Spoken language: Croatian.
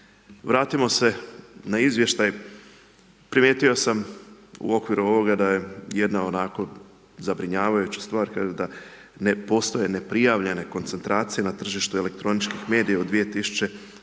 Vratimo se na izvještaj, primijetio sam u okviru ovoga da je jedna onako zabrinjavajuća stvar, kaže da ne postoje neprijavljene koncentracije na tržištu elektroničkih medija od 2017. g.